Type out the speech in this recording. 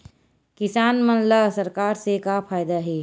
किसान मन ला सरकार से का फ़ायदा हे?